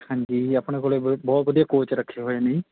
ਹਾਂਜੀ ਆਪਣੇ ਕੋਲ ਬ ਬਹੁਤ ਵਧੀਆ ਕੋਚ ਰੱਖੇ ਹੋਏ ਨੇ